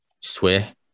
Swear